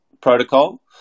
Protocol